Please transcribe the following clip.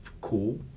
cool